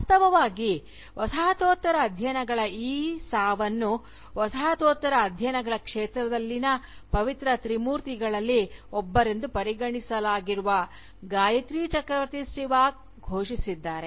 ವಾಸ್ತವವಾಗಿ ವಸಾಹತೋತ್ತರ ಅಧ್ಯಯನಗಳ ಈ ಸಾವನ್ನು ವಸಾಹತೋತ್ತರ ಅಧ್ಯಯನಗಳ ಕ್ಷೇತ್ರದಲ್ಲಿನ ಪವಿತ್ರ ತ್ರಿಮೂರ್ತಿಗಳಲ್ಲಿ ಒಬ್ಬರೆಂದು ಪರಿಗಣಿಸಲಾಗಿರುವ ಗಾಯತ್ರಿ ಚಕ್ರವರ್ತಿ ಸ್ಪಿವಾಕ್ ಘೋಷಿಸಿದ್ದಾರೆ